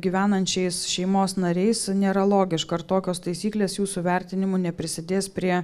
gyvenančiais šeimos nariais nėra logiška ar tokios taisyklės jūsų vertinimu neprisidės prie